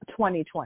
2020